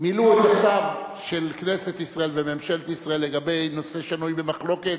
מילאו את הצו של כנסת ישראל וממשלת ישראל לגבי נושא שנוי במחלוקת,